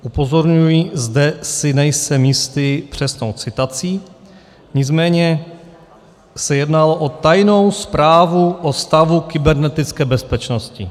Upozorňuji, zde si nejsem jistý přesnou citací, nicméně se jednalo o tajnou zprávu o stavu kybernetické bezpečnosti.